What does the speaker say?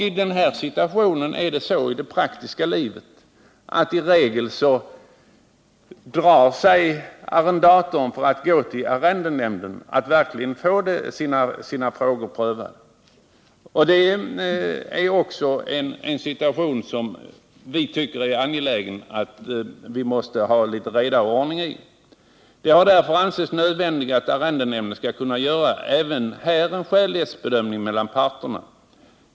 I den här situationen är det i regel så i det praktiska livet att arrendatorn drar sig för att gå till arrendenämnden och få sina frågor prövade. Vi tycker det är angeläget att få litet reda och ordning i denna situation. Det har därför ansetts nödvändigt att arrendenämnden även här skall kunna göra en skälighetsbedömning mellan parterna.